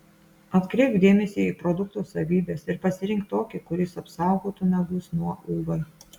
atkreipk dėmesį į produkto savybes ir pasirink tokį kuris apsaugotų nagus nuo uv